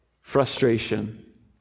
frustration